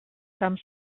some